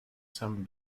some